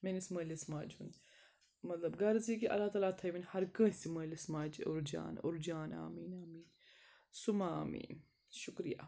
میٲنِس مٲلِس ماجہِ ہُنٛد مطلب غرض یہِ کہِ اللہ تعالیٰ تھٲے وَنۍ ہر کٲنٛسہِ مٲلِس ماجہِ اوٚر جان اوٚرجان آمیٖن آمیٖن سُما آمیٖن شُکریہ